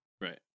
Right